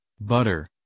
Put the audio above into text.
butter